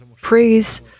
praise